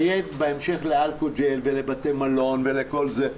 זה יהיה בהמשך לאלכוג'ל ולבתי מלון ולכל זה.